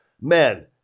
Man